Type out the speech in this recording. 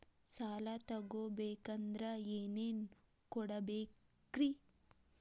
ಸಾಲ ತೊಗೋಬೇಕಂದ್ರ ಏನೇನ್ ಕೊಡಬೇಕ್ರಿ?